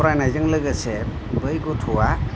फरायनायजों लोगोसे बै गथ'आ